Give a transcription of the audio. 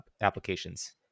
applications